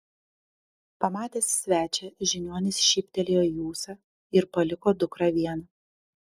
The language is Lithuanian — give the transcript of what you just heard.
pamatęs svečią žiniuonis šyptelėjo į ūsą ir paliko dukrą vieną